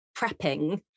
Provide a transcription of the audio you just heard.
prepping